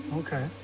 okay.